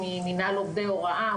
ממנהל עובדי הוראה,